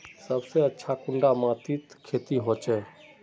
सबसे अच्छा कुंडा माटित खेती होचे?